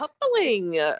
coupling